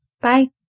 Bye